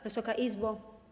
Wysoka Izbo!